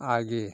आगे